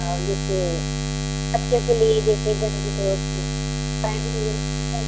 और जैसे बच्चों के लिए जैसे गंजी पैंट